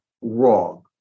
wrong